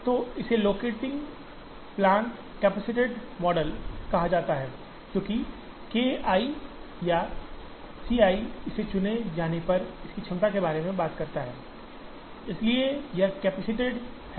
तो इसे locating plants capacitated model कहा जाता है क्योंकि K i या C i इसे चुने जाने पर इसकी क्षमता के बारे में बात करता है इसलिए यह कैपेसिटेड है